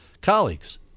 colleagues